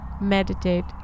meditate